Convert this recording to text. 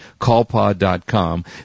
CallPod.com